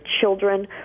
children